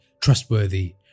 trustworthy